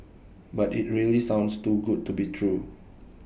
but IT really sounds too good to be true